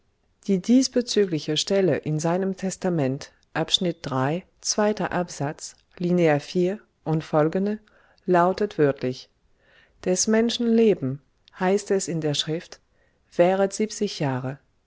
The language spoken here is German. die diesbezügliche stelle in seinem testament abschnitt iii zweiter absatz linea und folgende lautet wörtlich des menschen leben heißt es in der schrift währet siebzig jahre